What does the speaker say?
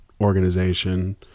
organization